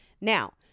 Now